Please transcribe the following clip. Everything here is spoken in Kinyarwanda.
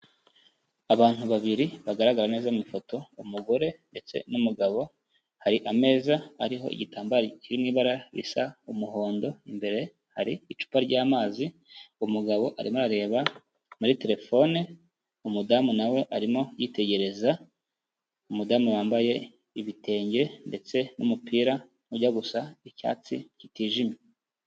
Abantu babiri bagaragara neza mu ifoto, umugore ndetse n'umugabo, hari ameza ariho igitambaro kiri mu ibara risa umuhondo, imbere hari icupa ry'amazi, umugabo arimo arareba muri telefone, umudamu na we arimo yitegereza, umudamu wambaye ibitenge ndetse n'umupira ujya gusa icyatsi kitijimye.